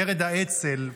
מרד האצ"ל,